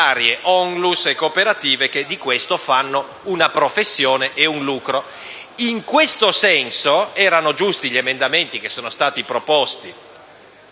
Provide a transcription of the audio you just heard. In questo senso erano giusti gli emendamenti che erano stati proposti